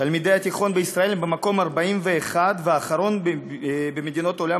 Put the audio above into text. תלמידי התיכון בישראל הם במקום ה-41 והאחרון במדינות העולם